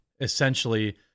essentially